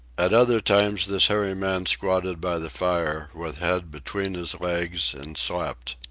at other times this hairy man squatted by the fire with head between his legs and slept.